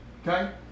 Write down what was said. Okay